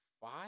five